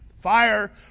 Fire